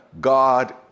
God